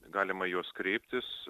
galima į juos kreiptis